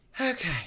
Okay